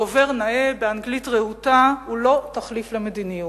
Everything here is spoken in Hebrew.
דובר נאה באנגלית רהוטה הוא לא תחליף למדיניות.